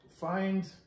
find